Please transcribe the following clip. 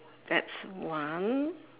that's one